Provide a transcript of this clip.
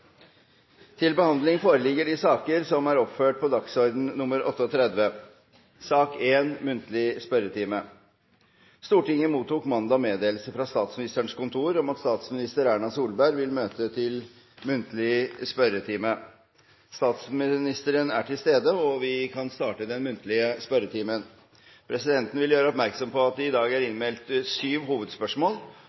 Stortinget mottok mandag meddelelse fra Statsministerens kontor om at statsminister Erna Solberg vil møte til muntlig spørretime. Statsministeren er til stede, og vi er klare til å starte den muntlige spørretimen. Presidenten vil gjøre oppmerksom på at det i dag er innmeldt syv hovedspørsmål,